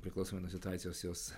priklausomai nuo situacijos jos